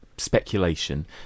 speculation